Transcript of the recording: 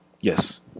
Yes